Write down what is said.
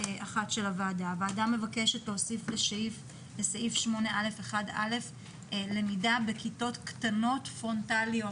הוועדה מבקשת להוסיף לסעיף 8א1(א) למידה בכיתות קטנות פרונטליות,